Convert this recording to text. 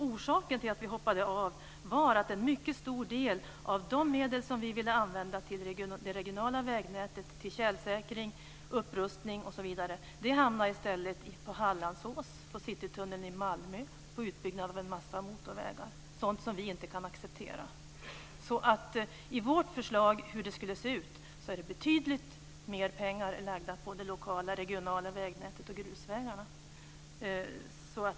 Orsaken till att vi hoppade av var att en mycket stor del av de medel som vi ville använda till det regionala vägnätet för tjälsäkring, upprustning osv. i stället gick till Hallandsås, citytunneln i Malmö och utbyggnad av en massa motorvägar, dvs. sådant som vi inte kan acceptera. Vårt förslag innebär att betydligt mer pengar anslås till det lokala och regionala vägnätet och till grusvägarna.